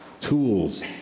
tools